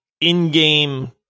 in-game